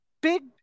big